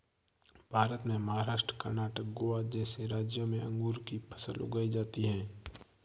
भारत में महाराष्ट्र, कर्णाटक, गोवा जैसे राज्यों में अंगूर की फसल उगाई जाती हैं